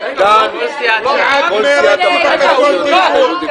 גם סיעת מרצ מבקשת זכות דיבור.